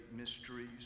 mysteries